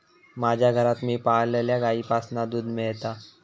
माज्या घरात मी पाळलल्या गाईंपासना दूध मेळता